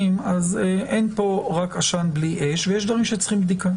אז אין פה רק עשן בלי אש ויש דברים שצריכים בדיקה,